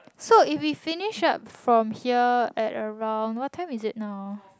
so if we finish up from here at around what time is it now